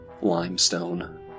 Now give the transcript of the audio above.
limestone